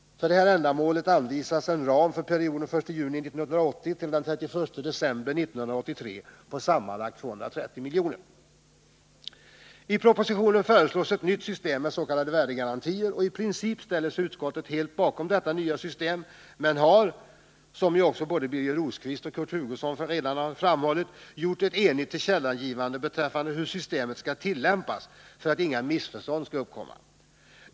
För detta ändamål anvisas en ram för perioden den 1 juni 1980-den 31 december 1983 på sammanlagt 230 milj.kr. I propositionen föreslås ett nytt system med s.k. värdegarantier. I princip ställer sig utskottet helt bakom detta nya system, men har — vilket Birger Rosqvist och Kurt Hugosson redan framhållit — gjort ett enhälligt tillkännagivande beträffande hur systemet skall tillämpas för att inga missförstånd skall uppkomma.